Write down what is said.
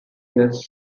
just